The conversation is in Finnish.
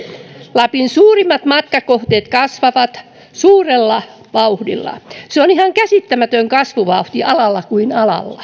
lapin suurimmat matkakohteet kasvavat suurella vauhdilla se on ihan käsittämätön kasvuvauhti alalla kuin alalla